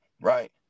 right